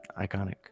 iconic